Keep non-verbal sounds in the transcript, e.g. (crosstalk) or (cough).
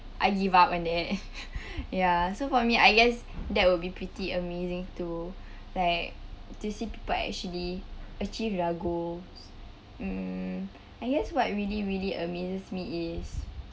I give up on that (laughs) ya so for me I guess that would be pretty amazing to like to see people actually achieve their goals um I guess what really really amazes me is